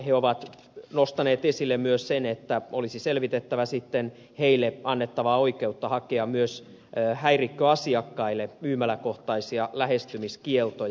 he ovat nostaneet esille myös sen että olisi selvitettävä sitten heille annettavaa oikeutta hakea myös häirikköasiakkaille myymäläkohtaisia lähestymiskieltoja